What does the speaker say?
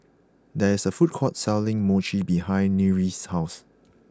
there is a food court selling Mochi behind Nyree's house